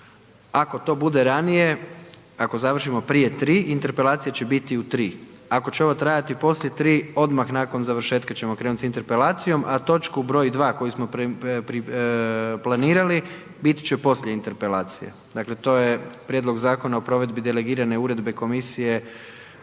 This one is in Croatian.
Ako to bude ranije, ako završimo prije 3, Interpelacija će biti u 3. ako će ovo trajati poslije 3, odmah nakon završetka ćemo krenuti sa Interpelacijom, a točku br. 2 koju smo planirali, bit će poslije Interpelacije. Dakle, to je Prijedlog zakona o provedbi delegiranje Uredbe komisije…